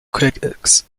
critics